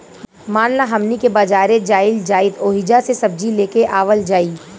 मान ल हमनी के बजारे जाइल जाइत ओहिजा से सब्जी लेके आवल जाई